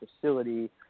facility